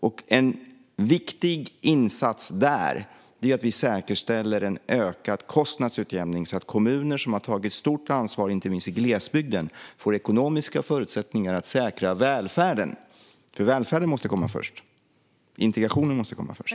Och en viktig insats där är att vi säkerställer en ökad kostnadsutjämning, så att kommuner, inte minst i glesbygden, som har tagit ett stort ansvar får ekonomiska förutsättningar att säkra välfärden eftersom välfärden och integrationen måste komma först.